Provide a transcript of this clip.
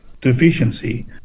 deficiency